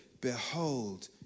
Behold